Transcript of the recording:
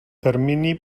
termini